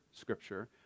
Scripture